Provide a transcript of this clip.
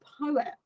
poet